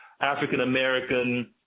African-American